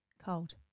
cold